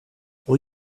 will